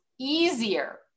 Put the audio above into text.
Easier